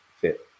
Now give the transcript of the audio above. fit